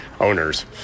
owners